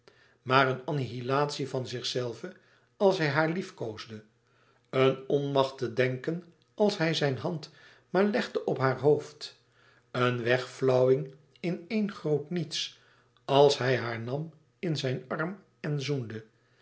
maar eene annihilatie van zichzelve als hij haar liefkoosde een onmacht te denken als hij zijn hand maar legde op haar hoofd eene wegflauwing in éen groot niets als hij haar nam in zijn arm en zoende